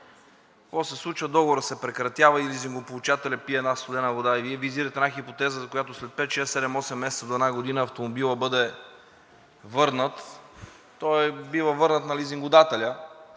какво се случва? Договорът се прекратява и лизингополучателят пие една студена вода. Вие визирате една хипотеза, за която след 5, 6, 7, 8 месеца до една година, автомобилът бъде върнат, той е бил върнат на лизингодателя,